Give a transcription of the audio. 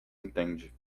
entende